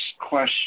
question